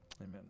amen